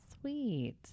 sweet